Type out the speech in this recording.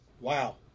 Wow